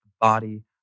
body